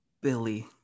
Billy